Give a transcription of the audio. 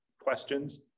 questions